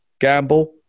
gamble